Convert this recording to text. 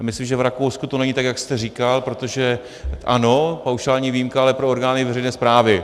Myslím, že v Rakousku to není tak, jak jste říkal, protože ano, paušální výjimka, ale pro orgány veřejné správy.